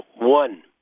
one